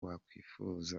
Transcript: wakwifuza